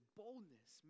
boldness